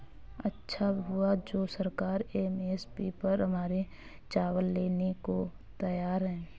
अच्छा हुआ जो सरकार एम.एस.पी पर हमारे चावल लेने को तैयार है